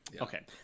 Okay